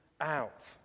out